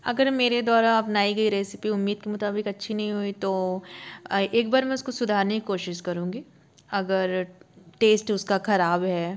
अगर मेरे द्वारा बनाई गई रेसिपी उम्मीद के मुताबिक़ अच्छी नहीं हुई तो एक बार मैं उसको सुधारने की कोशिस करूँगी अगर टेस्ट उसका ख़राब है